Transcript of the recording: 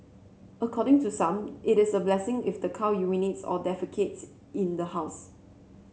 according to some it is a blessing if the cow urinates or defecates in the house